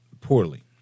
poorly